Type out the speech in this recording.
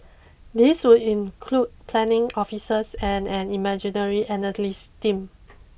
these would include planning officers and an imagery analyse team